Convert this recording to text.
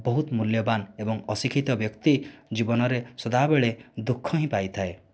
ବହୁତ ମୂଲ୍ୟବାନ ଏବଂ ଅଶିକ୍ଷିତ ବ୍ୟକ୍ତି ଜୀବନରେ ସଦାବେଳେ ଦୁଃଖ ହିଁ ପାଇଥାଏ